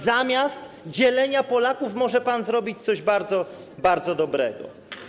Zamiast dzielenia Polaków może pan zrobić coś bardzo, bardzo dobrego.